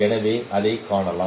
எனவே நீங்கள் அதைக் காணலாம்